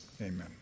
Amen